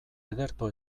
ederto